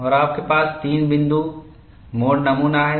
और आपके पास 3 बिंदु मोड़ नमूना है